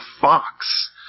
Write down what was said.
fox